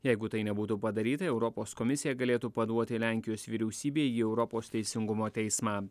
jeigu tai nebūtų padaryta europos komisija galėtų paduoti lenkijos vyriausybė į europos teisingumo teismą